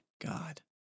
God